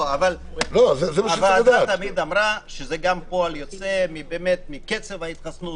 אבל הוועדה תמיד אמרה שזה גם פועל יוצא מקצב ההתחסנות,